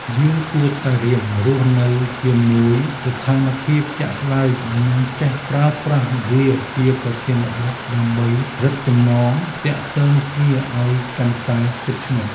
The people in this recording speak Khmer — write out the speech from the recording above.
យើងគួរតែរៀនរស់នៅជាមួយស្ថានភាពជាក់ស្តែងនិងចេះប្រើប្រាស់វាជាប្រធានបទដើម្បីរឹតចំណងទាក់ទងគ្នាឱ្យកាន់តែជិតស្និទ្ធ។